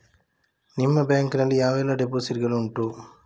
ನಿಮ್ಮ ಬ್ಯಾಂಕ್ ನಲ್ಲಿ ಯಾವೆಲ್ಲ ಡೆಪೋಸಿಟ್ ಗಳು ಉಂಟು?